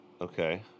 Okay